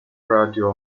radio